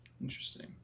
interesting